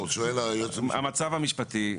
המצב המשפטי,